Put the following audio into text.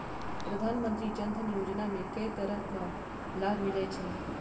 प्रधानमंत्री जनधन योजना मे केँ तरहक लाभ मिलय छै?